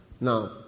Now